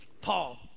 Paul